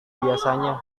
biasanya